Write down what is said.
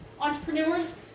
entrepreneurs